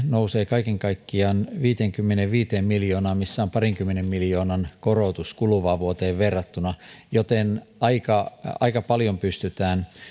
nousevat kaiken kaikkiaan viiteenkymmeneenviiteen miljoonaan missä on parinkymmenen miljoonan korotus kuluvaan vuoteen verrattuna joten aika aika paljon pystytään